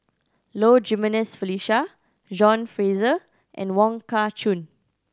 Low Jimenez Felicia John Fraser and Wong Kah Chun